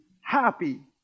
happy